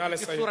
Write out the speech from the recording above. נא לסיים.